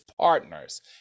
partners